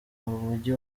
mujyi